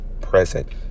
present